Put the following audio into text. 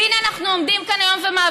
ואלה גם תלונות שאנחנו מקבלים,